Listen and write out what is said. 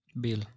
bill